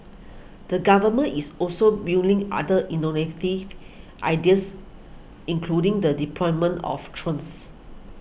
the Government is also mulling other ideas including the deployment of drones